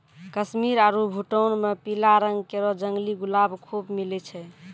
कश्मीर आरु भूटान म पीला रंग केरो जंगली गुलाब खूब मिलै छै